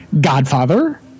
godfather